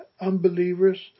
unbelievers